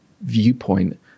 viewpoint